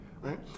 right